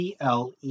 CLE